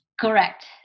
Correct